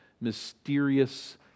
mysterious